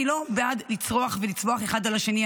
אני לא בעד לצרוח ולצווח אחד על השני.